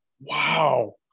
Wow